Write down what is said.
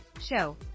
show